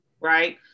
right